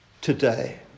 today